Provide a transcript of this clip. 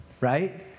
Right